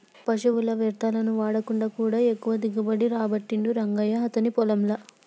పశువుల వ్యర్ధాలను వాడకుండా కూడా ఎక్కువ దిగుబడి రాబట్టిండు రంగయ్య అతని పొలం ల